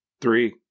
Three